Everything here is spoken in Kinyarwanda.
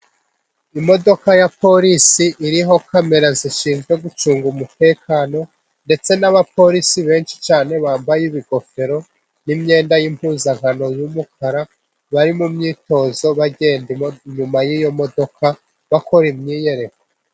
Imodoka ya polisi iriho kamera zishinzwe gucunga umutekano, ndetse n'abapolisi benshi cyane bambaye ingofero n'imyenda y'impuzankano y'umukara, bari mu myitozo bagenda inyuma y'iyo modoka bakora imyiyereko.